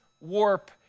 warp